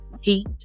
heat